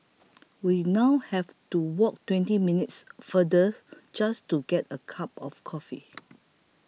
we now have to walk twenty minutes farther just to get a cup of coffee